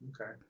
Okay